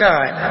God